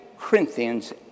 Corinthians